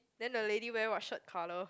then the lady wear what shirt colour